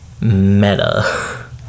Meta